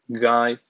guy